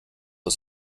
ist